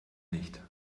nicht